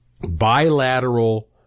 bilateral